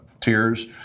tears